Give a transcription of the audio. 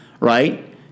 Right